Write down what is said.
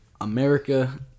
America